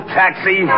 taxi